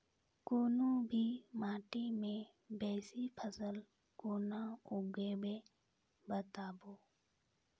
कूनू भी माटि मे बेसी फसल कूना उगैबै, बताबू?